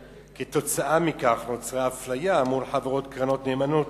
וכתוצאה מכך נוצרה אפליה מול חברות קרנות נאמנות